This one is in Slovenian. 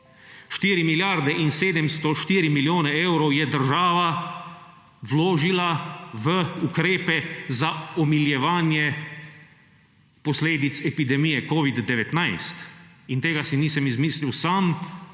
4 milijarde in 704 milijone evrov je država vložila v ukrepe za omiljevanje posledic epidemije covida-19, in tega si nisem izmislil sam,